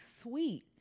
sweet